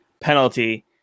penalty